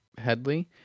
Headley